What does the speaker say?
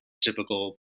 typical